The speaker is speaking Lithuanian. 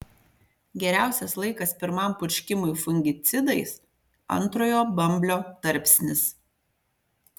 geriausias laikas pirmam purškimui fungicidais antrojo bamblio tarpsnis